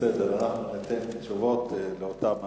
אנחנו ניתן תשובות לאותם אנשים.